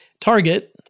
target